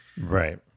Right